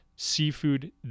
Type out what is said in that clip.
seafood